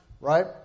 right